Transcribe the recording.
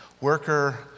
worker